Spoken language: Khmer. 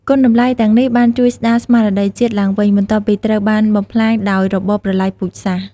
គុណតម្លៃទាំងនេះបានជួយស្តារស្មារតីជាតិឡើងវិញ បន្ទាប់ពីត្រូវបានបំផ្លាញដោយរបបប្រល័យពូជសាសន៍។